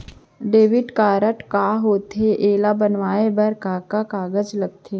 Debit card ह का होथे एला बनवाए बर का का कागज लगथे?